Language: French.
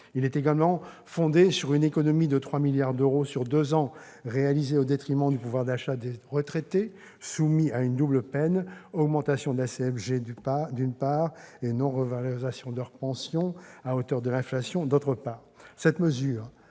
Il est également fondé sur une économie de 3 milliards d'euros sur deux ans réalisée au détriment du pouvoir d'achat des retraités soumis à une double peine : augmentation de la CSG, d'une part, et non revalorisation de leur pension à hauteur de l'inflation, d'autre part.